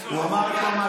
הוא אמר את כל מה